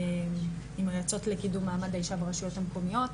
עם היועצות לקידום מעמד האישה ברשויות המקומיות.